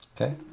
okay